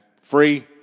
Free